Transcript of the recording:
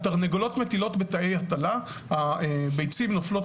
התרנגולות מטילות בתאי הטלה והביצים נופלות